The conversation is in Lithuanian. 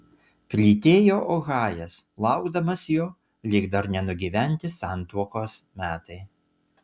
plytėjo ohajas laukdamas jo lyg dar nenugyventi santuokos metai